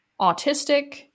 autistic